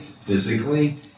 physically